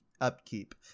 upkeep